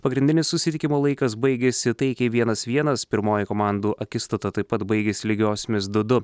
pagrindinis susitikimo laikas baigėsi taikiai vienas vienas pirmoji komandų akistata taip pat baigėsi lygiosiomis du du